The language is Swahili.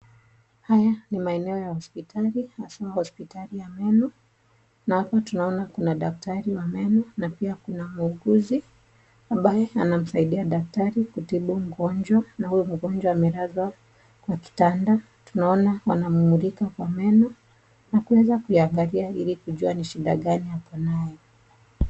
Haya ni maeneo ya hospitali haswa ya meno na hapa tunaona daktari wa meno na pia kuna muuguzi ambaye anamsaidia daktari kutumia mgonjwa na huyu mgonjwa amelaswa kwa kitanda tunaona wanamulika kwa meno na kuweza kuangalia kujua ni shinda ngani ako naye.